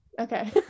Okay